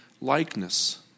likeness